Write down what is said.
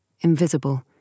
invisible